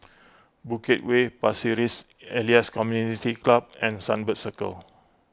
Bukit Way Pasir Ris Elias Community Club and Sunbird Circle